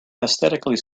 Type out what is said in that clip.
aesthetically